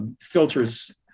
Filters